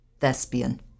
Thespian